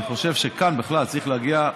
אני חושב שכאן בכלל צריך להגיע,